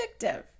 addictive